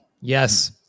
Yes